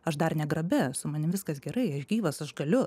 aš dar ne grabe su manim viskas gerai aš gyvas aš galiu